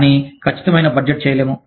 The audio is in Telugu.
కానీ ఖచ్చితమైన బడ్జెట్ చేయలేము